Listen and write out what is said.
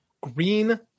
Green